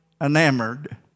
enamored